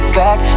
back